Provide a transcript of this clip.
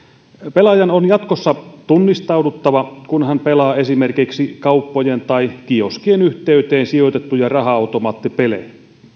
pelaajan on jatkossa tunnistauduttava kun hän pelaa esimerkiksi kauppojen tai kioskien yhteyteen sijoitettuja raha automaattipelejä